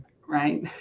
Right